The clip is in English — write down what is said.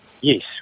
Yes